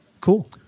cool